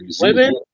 Women